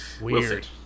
weird